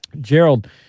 Gerald